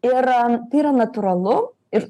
ir tai yra natūralu ir